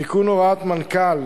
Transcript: תיקון הוראת מנכ"ל,